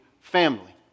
family